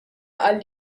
qal